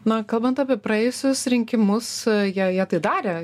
na kalbant apie praėjusius rinkimus jie jie tai darė